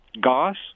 Goss